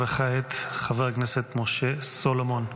וכעת, חבר הכנסת משה סולומון.